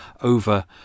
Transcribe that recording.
over